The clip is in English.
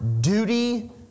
duty